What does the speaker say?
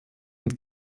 und